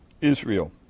Israel